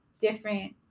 different